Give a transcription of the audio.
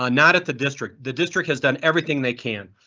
ah not at the district. the district has done everything they can,